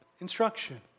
instruction